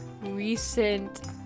recent